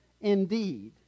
indeed